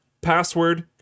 password